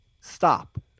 Stop